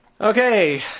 Okay